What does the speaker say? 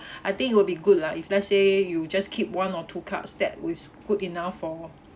I think it will be good lah if let's say you just keep one or two cards that was good enough for